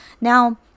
Now